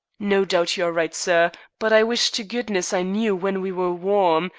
no doubt you are right, sir, but i wish to goodness i knew when we were warm,